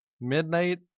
midnight